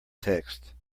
text